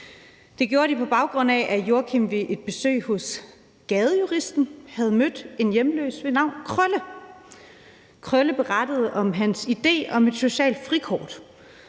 Det gjorde de, på baggrund af at Joachim B. Olsen ved et besøg hos Gadejuristen havde mødt en hjemløs ved navn Krølle. Krølle berettede om sin idé om et socialt frikort.